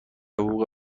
حقوق